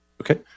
Okay